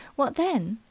what then?